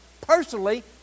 personally